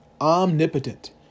Omnipotent